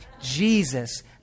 Jesus